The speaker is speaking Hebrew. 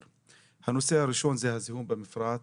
הנושא הראשון הוא הזיהום במפרץ.